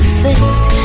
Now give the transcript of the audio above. fate